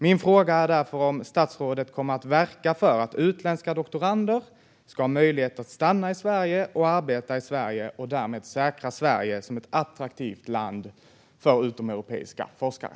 Min fråga är därför om statsrådet kommer att verka för att utländska doktorander ska ha möjlighet att stanna i Sverige och arbeta här och därmed säkra Sverige som ett attraktivt land för utomeuropeiska forskare.